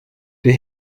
der